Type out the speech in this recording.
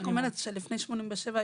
לפני 87'